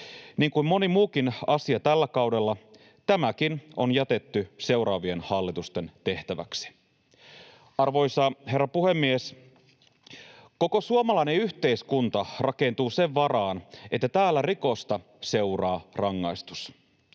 Niin kuin moni muukin asia tällä kaudella, tämäkin on jätetty seuraavien hallitusten tehtäväksi. Arvoisa herra puhemies! Koko suomalainen yhteiskunta rakentuu sen varaan, että täällä rikosta seuraa rangaistus.